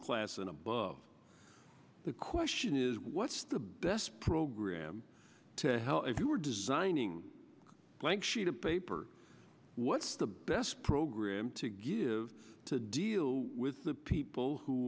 class and above the question is what's the best program to how if you were designing a blank sheet of paper what's the best program to give to deal with the people who